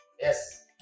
Yes